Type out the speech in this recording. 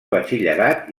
batxillerat